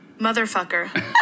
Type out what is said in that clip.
Motherfucker